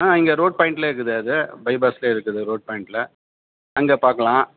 ஆ இங்கே ரோட் பாய்ண்ட்டில் இருக்குது அது பைபாஸில் இருக்குது ரோட் பாய்ண்ட்டில் அங்கே பார்க்கலாம்